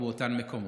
באותם מקומות.